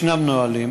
יש נהלים,